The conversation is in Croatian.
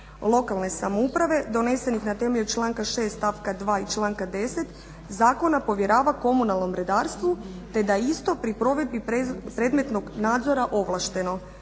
lokalne samouprave donesenih na temelju članka 6. stavka 2. i članka 10. Zakona povjerava komunalnom redarstvu te da je isto pri provedbi predmetnog nadzora ovlašteno